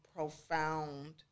Profound